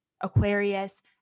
Aquarius